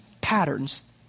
patterns